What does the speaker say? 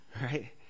right